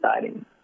exciting